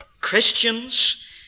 Christians